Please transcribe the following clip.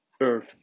earth